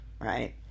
right